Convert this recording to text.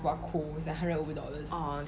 我要哭一下 hundred over dollars